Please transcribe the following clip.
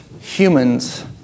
Humans